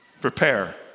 Prepare